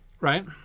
right